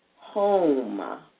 home